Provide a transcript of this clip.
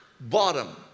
bottom